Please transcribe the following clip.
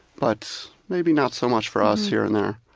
but maybe not so much for us here and there.